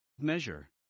measure